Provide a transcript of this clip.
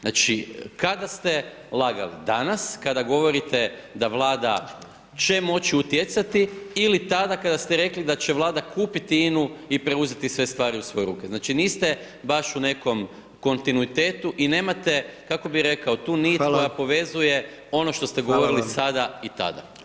Znači kada ste lagali, danas kada govorite da Vlada će moći utjecati ili tada kada ste rekli da će Vlada kupiti INU i preuzeti sve stvari u svoje ruke, znači niste baš u nekom kontinuitetu i nemate kako bi rekao [[Upadica: Hvala.]] tu nit koja povezuje ono što ste [[Upadica: Hvala vam.]] govorili sada i tada.